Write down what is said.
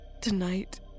Tonight